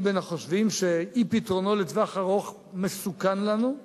אני בין החושבים שאי-פתרונו לטווח ארוך מסוכן לנו.